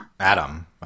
Adam